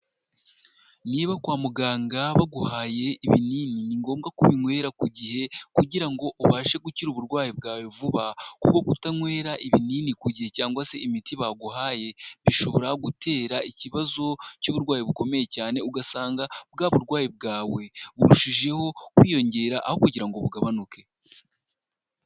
Niba kwa muganga baguhaye ibinini ni ngombwa ko binywera ku gihe kugira ngo ubashe gukira uburwayi bwawe vuba, kuko kutanywera ibinini ku gihe cyangwa se imiti baguhaye, bishobora gutera ikibazo cy'uburwayi bukomeye cyane ugasanga bwa burwayi bwawe burushijeho kwiyongera aho kugira ngo bugabanuke.